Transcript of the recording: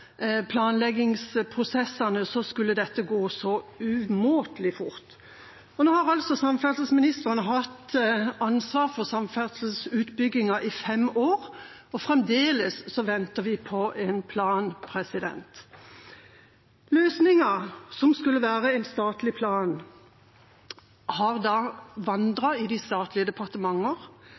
planleggingsprosessene, skulle dette gå umåtelig fort. Nå har samferdselsministeren hatt ansvar for samferdselsutbyggingen i fem år, og fremdeles venter vi på en plan. Løsningen, som skulle være en statlig plan, har vandret i de statlige